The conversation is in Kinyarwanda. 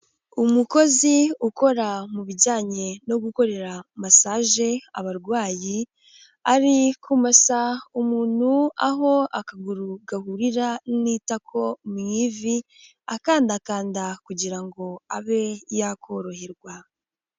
Umukozi ukora mu bijyanye no gukorera masaje abarwayi, ari kumasa umuntu aho akaguru gahurira n'itako mu ivi, akandakanda kugira ngo abe yakoroherwa.